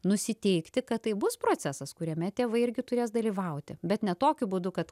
nusiteikti kad tai bus procesas kuriame tėvai irgi turės dalyvauti bet ne tokiu būdu kad